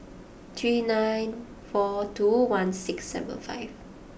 three nine four two one six seven five